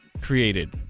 created